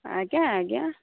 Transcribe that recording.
ଆଜ୍ଞା ଆଜ୍ଞା